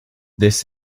this